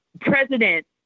President